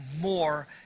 more